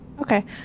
Okay